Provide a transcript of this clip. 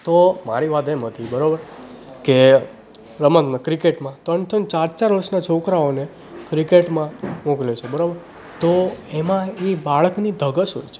તો મારી વાત એમ હતી બરોબર કે રમતમાં ક્રિકેટમાં ત્રણ ત્રણ ચાર ચાર વર્ષના છોકરાઓને ક્રિકેટમાં મોકલે છે બરોબર તો એમાં એ બાળકની ધગશ હોય છે